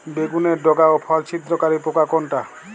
বেগুনের ডগা ও ফল ছিদ্রকারী পোকা কোনটা?